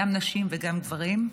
גם נשים וגם גברים,